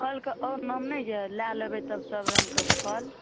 फलके आओर नाम नहि अइ लऽ लेबै तब सब रङ्गके फल